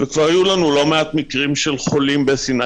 וכבר היו לנו לא מעט מקרים של חולים בסיני,